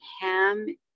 ham